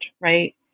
right